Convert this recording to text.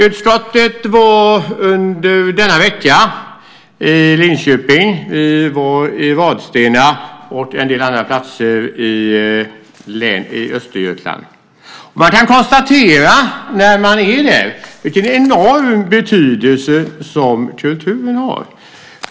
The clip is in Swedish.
Utskottet var denna vecka i Linköping, Vadstena och en del andra platser i Östergötland. Man kan konstatera när man är där vilken enorm betydelse som kulturen har.